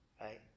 right